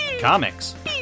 comics